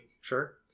sure